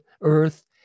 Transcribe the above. Earth